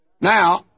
Now